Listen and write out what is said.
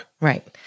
Right